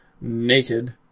naked